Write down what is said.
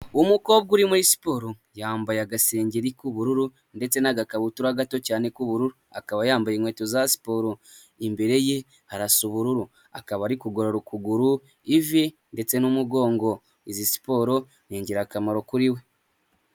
Umukobwa uri muri siporo yambaye agasengeri k'ubururu ndetse n'agakabutura gato cyane k'ubururu, akaba yambaye inkweto za siporo imbere ye harasa ubururu akaba ari kugorora ukuguru ivi ndetse n'umugongo, izi siporo ni ingirakamaro kuri we.